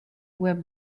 web